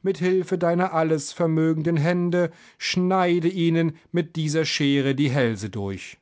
mit hilfe deiner alles vermögenden hände schneide ihnen mit dieser schere die hälse durch